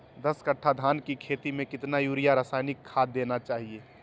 दस कट्टा धान की खेती में कितना यूरिया रासायनिक खाद देना चाहिए?